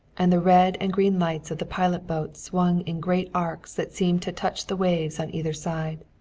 and the red and green lights of the pilot boat swung in great arcs that seemed to touch the waves on either side.